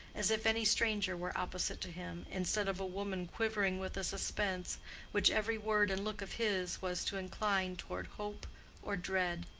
as if any stranger were opposite to him, instead of a woman quivering with a suspense which every word and look of his was to incline toward hope or dread.